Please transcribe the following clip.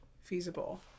feasible